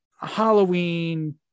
Halloween